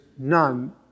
none